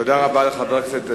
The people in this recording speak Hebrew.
תודה רבה לחבר הכנסת דנון.